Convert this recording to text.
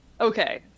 Okay